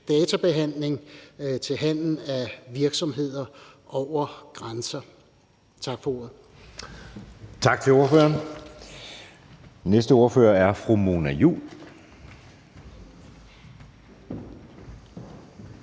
databehandling til handel med virksomheder over grænser. Tak for ordet.